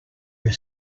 are